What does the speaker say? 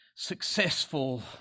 successful